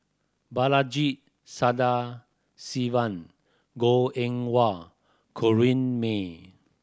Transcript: Balaji Sadasivan Goh Eng Wah Corrinne May